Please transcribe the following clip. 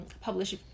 publish